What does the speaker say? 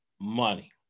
money